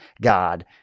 God